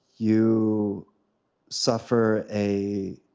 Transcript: you suffer a